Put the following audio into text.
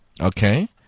Okay